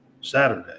Saturday